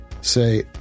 say